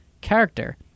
character